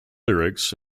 lyrics